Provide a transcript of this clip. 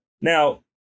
now